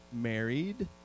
married—